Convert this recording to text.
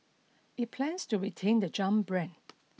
it plans to retain the Jump brand